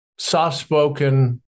soft-spoken